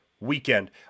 weekend